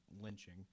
lynching